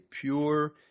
pure